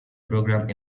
programme